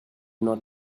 not